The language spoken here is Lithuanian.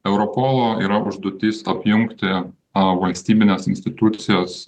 europolo yra užduotis apjungti valstybines institucijas